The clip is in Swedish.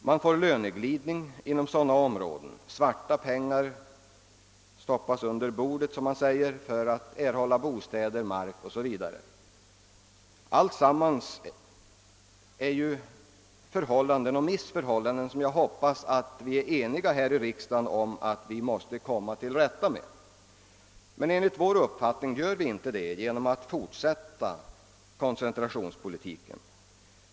Man får löneglidning inom de aktuella områdena. Svarta pengar stoppas under bordet, som det heter, för att man skall få bostäder, mark 0. s. v. Alltsammans är ju missförhållanden som jag hoppas att vi här i riksdagen är eniga om att vi måste komma till rätta med. Men enligt vår uppfattning gör vi inte det genom att fortsätta koncentrationspolitiken.